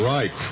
Right